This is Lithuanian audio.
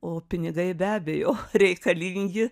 o pinigai be abejo reikalingi